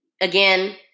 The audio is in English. Again